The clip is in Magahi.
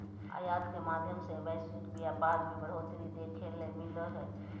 आयात के माध्यम से वैश्विक व्यापार मे बढ़ोतरी देखे ले मिलो हय